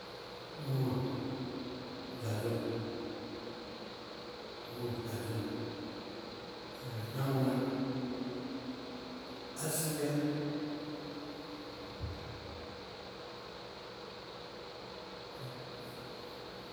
Mʋwa, dzadzɔɔ, mʋwa dzadzɔɔ, náŋʋná, ásiyá.